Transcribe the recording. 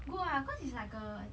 good lah because it's like a